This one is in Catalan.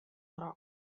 groc